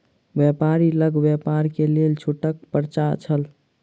व्यापारी लग व्यापार के लेल छूटक पर्चा छल